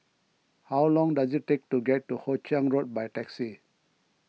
how long does it take to get to Hoe Chiang Road by taxi